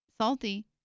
salty